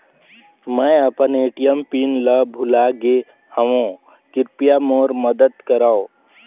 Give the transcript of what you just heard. मैं अपन ATM PIN ल भुला गे हवों, कृपया मोर मदद करव